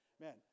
man